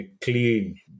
clean